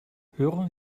hören